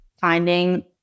finding